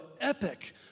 epic